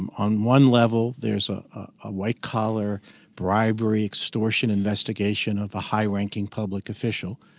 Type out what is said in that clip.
um on one level there's ah a white collar bribery, extortion investigation of a high ranking public official.